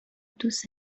دوست